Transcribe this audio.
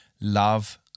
love